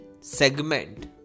segment